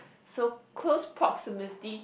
so close proximity